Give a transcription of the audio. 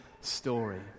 story